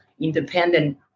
independent